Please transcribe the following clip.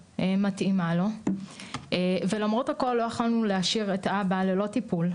מתאימה לו ולמרות הכל לא יכולנו להשאיר את אבא ללא טיפול,